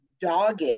dogged